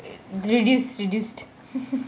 reduced reduced